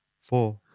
four